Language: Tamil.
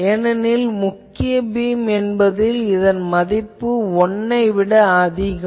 ஏனெனில் முக்கிய பீம் என்பதில் இதன் மதிப்பு 1 ஐ விட அதிகம்